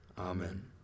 Amen